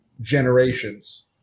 generations